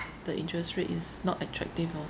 the interest rate is not attractive also